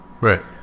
Right